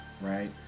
right